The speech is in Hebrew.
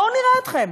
בואו נראה אתכם.